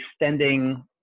extending